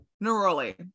Neroli